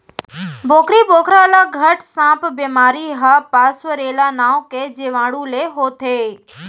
बोकरी बोकरा ल घट सांप बेमारी ह पास्वरेला नांव के जीवाणु ले होथे